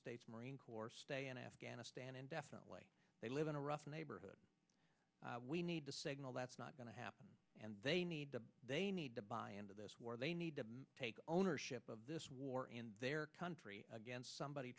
states marine corps stay in afghanistan indefinitely they live in a rough neighborhood we need to signal that's not going to happen and they need to they need to buy into this war they need to take ownership of this war and their country against somebody